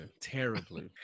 terribly